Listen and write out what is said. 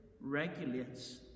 regulates